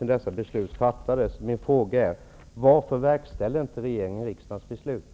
Varför har det dröjt så länge utan att något beslut i denna fråga tagits?